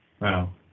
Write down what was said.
Wow